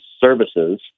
services